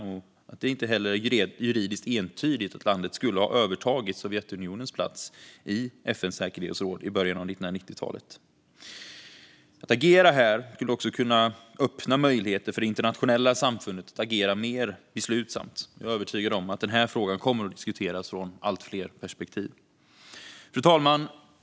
Det är inte heller juridiskt entydigt att landet skulle ha tagit över Sovjetunionens plats i FN:s säkerhetsråd i början av 1990-talet. Att agera här skulle kunna öppna möjligheter för det internationella samfundet att agera mer beslutsamt. Jag är övertygad om att den frågan kommer att diskuteras ur allt fler perspektiv. Fru talman!